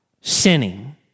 sinning